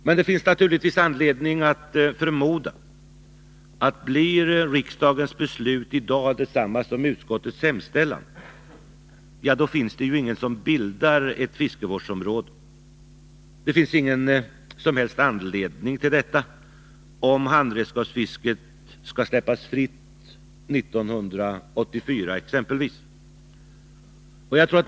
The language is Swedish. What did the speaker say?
Det finns all anledning att förmoda att om riksdagen i dag fattar beslut i enlighet med utskottets hemställan finns det ingen som bildar ett fiskevårdsområde. Det finns ingen som helst anledning att göra det, om handredskapsfisket skall släppas fritt 1984.